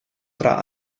tra